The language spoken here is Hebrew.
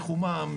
מחומם,